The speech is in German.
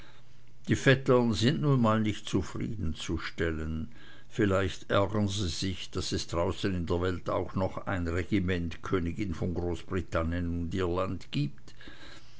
die vettern sind nun mal nicht zufriedenzustellen vielleicht ärgern sie sich daß es draußen in der welt auch noch ein regiment königin von großbritannien und irland gibt